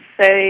say